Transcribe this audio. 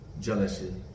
jealousy